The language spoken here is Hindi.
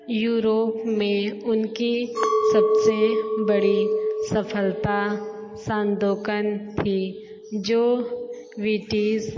यूरोप में उनकी सबसे बड़ी सफलता सन्दोकन थी जो विटीज़